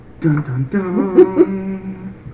Dun-dun-dun